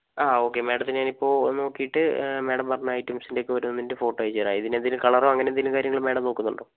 ആ ഓക്കെ മേഡത്തിന് ഞാനിപ്പോൾ നോക്കീട്ട് മേഡം പറഞ്ഞ ഐറ്റംസിൻ്റെ ഒക്കെ ഓരോന്നിൻ്റെ ഫോട്ടോ അയച്ച് തരാം ഇതിനെന്തേലും കളറോ എന്തേലും കാര്യം മേഡം നോക്കുന്നുണ്ടോ